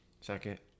second